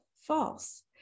false